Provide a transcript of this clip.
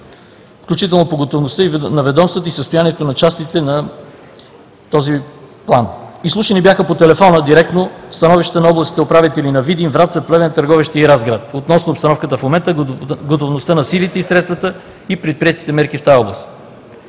включително по готовността на ведомствата и състоянието на частите на този План. Изслушани бяха по телефона директно становища на областните управители на Видин, Враца, Плевен, Търговище и Разград относно обстановката в момента, готовността на силите и средствата, и предприетите мерки в тази област.